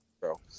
bro